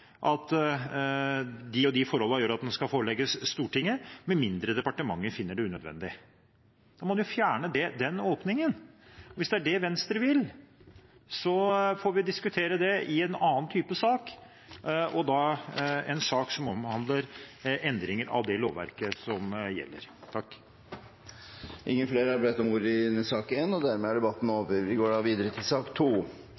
at de og de forholdene gjør at saken skal forelegges Stortinget, med mindre departementet finner det unødvendig. Da må en jo fjerne den åpningen. Hvis det er det Venstre vil, får vi diskutere det i en annen type sak, og da i en sak som omhandler endringer av det lovverket som gjelder. Flere har ikke bedt om ordet til sak nr. 1. Etter ønske fra energi- og miljøkomiteen vil presidenten foreslå at taletiden blir begrenset til